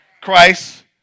Christ